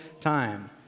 time